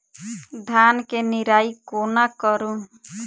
धान केँ निराई कोना करु?